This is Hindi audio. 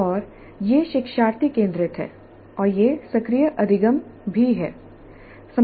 और यह शिक्षार्थी केंद्रित है और यह सक्रिय अधिगम भी है